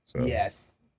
Yes